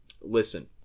listen